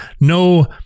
no